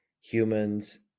humans